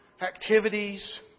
activities